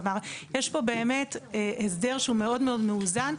כלומר יש פה באמת הסדר שהוא מאוד מאוד מאוזן,